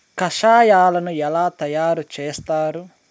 కషాయాలను ఎలా తయారు చేస్తారు?